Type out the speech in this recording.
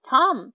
Tom